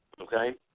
Okay